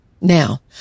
Now